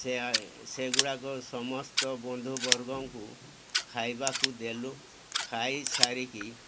ସେ ସେଗୁଡ଼ାକ ସମସ୍ତ ବନ୍ଧୁବର୍ଗଙ୍କୁ ଖାଇବାକୁ ଦେଲୁ ଖାଇ ସାରିକି